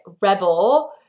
rebel